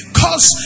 cause